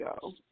go